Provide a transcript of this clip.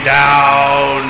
down